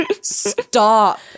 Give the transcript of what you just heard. Stop